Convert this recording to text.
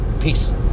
Peace